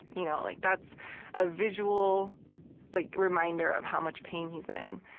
you know like that's ah visual like reminder of how much pain he's in.